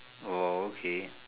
oh okay